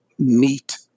meet